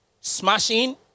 smashing